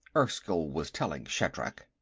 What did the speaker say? erskyll was telling shatrak,